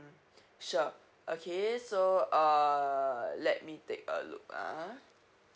sure okay so uh let me take a look ah